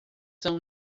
são